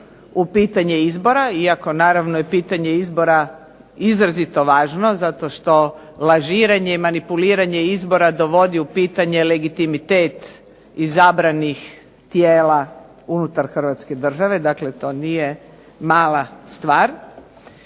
u pitanje izbora, iako naravno je pitanje izbora izrazito važno zato što lažiranje i manipuliranje izbora dovodi u pitanje legitimitet izabranih tijela unutar Hrvatske države. Dakle, to nije mala stvar,